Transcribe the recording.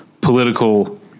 political